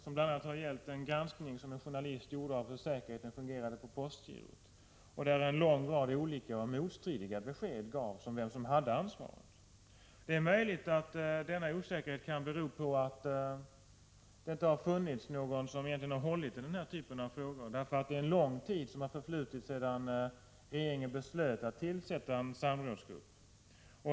Jag tänker då på bl.a. den granskning som en journalist gjorde av hur säkerheten fungerar på postgirot, där en lång rad olika och motstridiga besked gavs om vem som hade ansvaret. Det är möjligt att denna osäkerhet beror på att det inte har funnits någon som egentligen har hållit i den typen av frågor — det har förflutit lång tid sedan regeringen beslöt att tillsätta en samrådsgrupp.